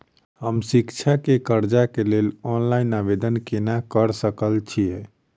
हम शिक्षा केँ कर्जा केँ लेल ऑनलाइन आवेदन केना करऽ सकल छीयै?